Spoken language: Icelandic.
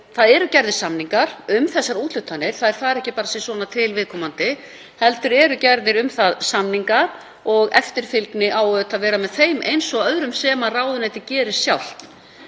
það eru gerðir samningar um þessar úthlutanir. Þær fara ekki bara sisvona til viðkomandi heldur eru gerðir um það samningar og eftirfylgni á auðvitað að vera með þeim eins og öðru sem ráðuneytið gerir sjálft.